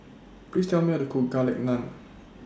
Please Tell Me How to Cook Garlic Naan